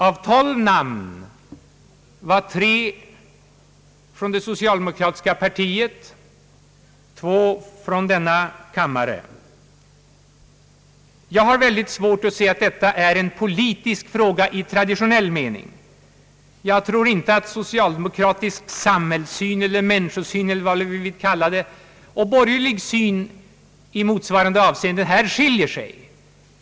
Av 12 namn under motionen var tre från det socialdemokratiska partiet — två från denna kammare. Jag har mycket svårt att se att denna fråga är politisk i tradionell mening. Jag tror inte att socialdemokratisk samhällssyn eller människosyn eller vad vi nu kan kalla det och borgerlig syn i motsvarande avseende här skiljer sig.